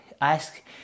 Ask